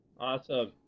Awesome